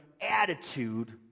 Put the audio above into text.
attitude